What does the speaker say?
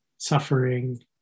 suffering